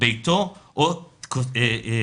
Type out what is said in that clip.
ביתו או כתובתו.